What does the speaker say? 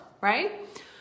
right